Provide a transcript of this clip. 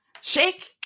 Shake